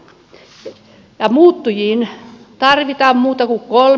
muuttujiin tarvitaan muuta kuin kolme